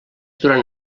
durant